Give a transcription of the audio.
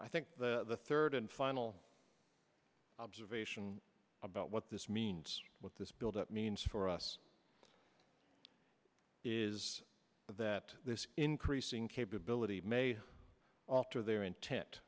i think the third and final observation about what this means with this build up means for us is that this increasing capability may alter their intent